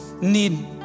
need